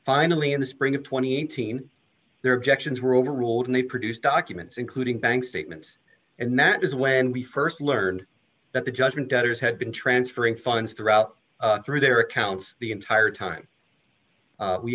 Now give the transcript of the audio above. finally in the spring of twenty teens their objections were overruled and he produced documents including bank statements and that is when we st learned that the judgment debtors had been transferring funds through out through their accounts the entire time